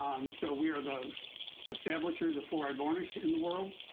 um so we are the establishers of fluoride varnish in the world